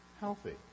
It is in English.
healthy